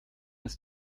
ist